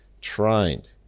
trained